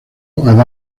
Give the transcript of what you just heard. edad